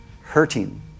hurting